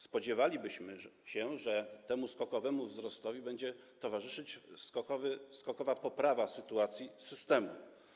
Spodziewalibyśmy się, że temu skokowemu wzrostowi będzie towarzyszyć skokowa poprawa sytuacji systemu.